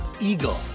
Eagle